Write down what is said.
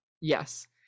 Yes